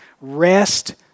rest